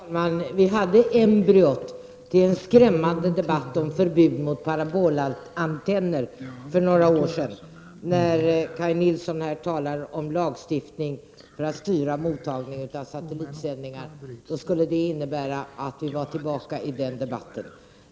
Fru talman! Vi hade för några år sedan ett embryo till en skrämmande debatt om förbud mot parabolantenner. När Kaj Nilsson nu talar om lagstiftning för att styra mottagningen av satellitsändningar innebär det att vi riskerar att komma tillbaka till den debatten.